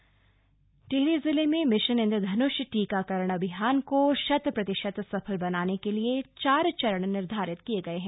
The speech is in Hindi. मिशन इंद्रधन्ण बैठक टिहरी जिले में मिशन इन्द्रधनुष टीकाकरण अभियान को शतप्रतिशत सफल बनाने के लिए चार चरण निर्धारित किये गए हैं